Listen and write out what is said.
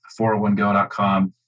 401go.com